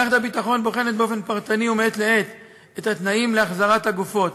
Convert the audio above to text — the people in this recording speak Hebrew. מערכת הביטחון בוחנת באופן פרטני ומעת לעת את התנאים להחזרת הגופות.